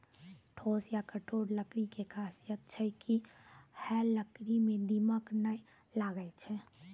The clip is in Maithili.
ठोस या कठोर लकड़ी के खासियत छै कि है लकड़ी मॅ दीमक नाय लागैय छै